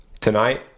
Tonight